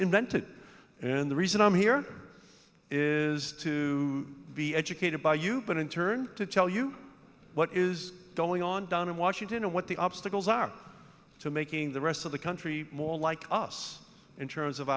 invented and the reason i'm here is to be educated by you but in turn to tell you what is going on down in washington or what the obstacles are to making the rest of the country more like us in terms of